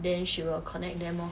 then she will connect them lor